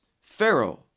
pharaoh